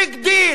ביג דיל.